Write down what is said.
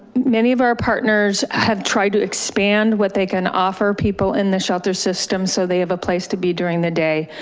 many of our partners have tried to expand what they can offer people in the shelter system so they have a place to be during the day.